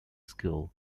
school